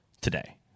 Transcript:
today